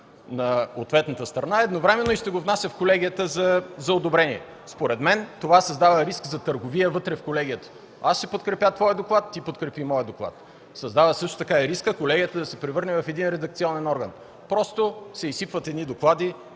на ответната страна, едновременно и ще го внася в колегията за одобрение. Според мен това създава риск за търговия вътре, в колегията: аз ще подкрепя твоя доклад, ти подкрепи моя. Създава също така и рискът колегията да се превърне в редакционен орган – просто се изсипват едни доклади